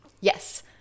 Yes